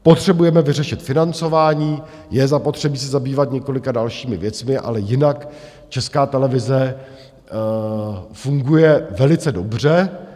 Potřebujeme vyřešit financování, je zapotřebí se zabývat několika dalšími věcmi, ale jinak Česká televize funguje velice dobře.